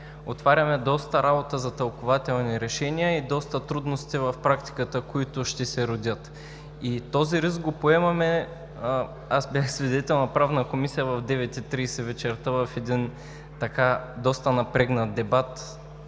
Отваряме доста работа за тълкувателни решения и доста трудности в практиката, които ще се родят. Този риск го поемаме. Бях свидетел в Правната комисия, в 21,30 ч. на един доста напрегнат дебат